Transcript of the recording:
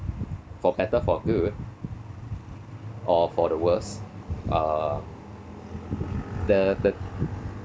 for better for good or for the worse uh the the